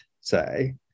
say